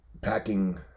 packing